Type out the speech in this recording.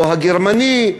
או הגרמני,